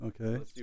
Okay